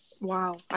Wow